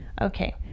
Okay